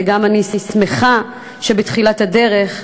וגם אני שמחה שבתחילת הדרך,